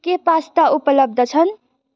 के पास्ता उपलब्ध छन्